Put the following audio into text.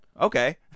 Okay